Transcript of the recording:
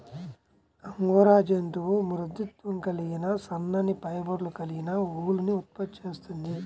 angora జంతువు మృదుత్వం కలిగిన సన్నని ఫైబర్లు కలిగిన ఊలుని ఉత్పత్తి చేస్తుంది